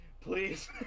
Please